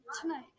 tonight